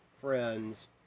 friends